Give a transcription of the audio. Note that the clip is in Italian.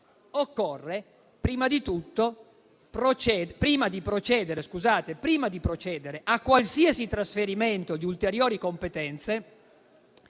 mozione, prima di procedere a qualsiasi trasferimento di ulteriori competenze